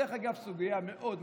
דרך אגב, זו סוגיה מאוד מורכבת.